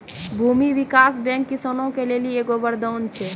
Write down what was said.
भूमी विकास बैंक किसानो के लेली एगो वरदान छै